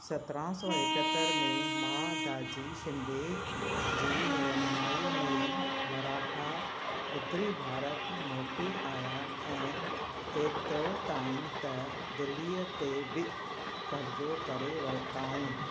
सतरहं सौ एकहतरि में महादाजी शिंदे जी रहिनुमाई में मराठा उत्तरी भारत मोटी आया ऐं एतिरो ताईं त दिल्ली ते बि क़ब्ज़ो करे वरिताऊं